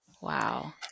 Wow